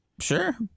Sure